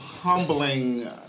humbling